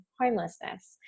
homelessness